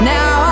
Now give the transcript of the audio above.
Now